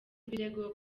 ibirego